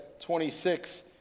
26